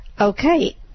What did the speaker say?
Okay